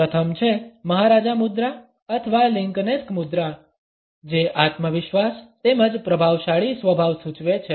પ્રથમ છે મહારાજા મુદ્રા અથવા લિંકનેસ્ક મુદ્રા જે આત્મવિશ્વાસ તેમજ પ્રભાવશાળી સ્વભાવ સૂચવે છે